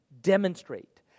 demonstrate